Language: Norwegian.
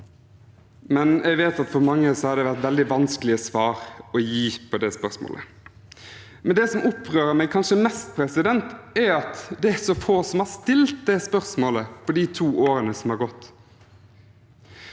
for mange har det vært veldig vanskelige svar å gi på det spørsmålet. Det som kanskje opprører meg mest, er at det er så få som har stilt det spørsmålet på de to årene som har gått.